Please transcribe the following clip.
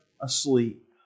asleep